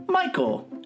Michael